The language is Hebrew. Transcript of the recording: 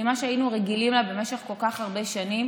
ממה שהיינו רגילים לה במשך כל כך הרבה שנים,